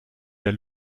der